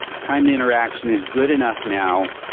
time to interaction is good enough now,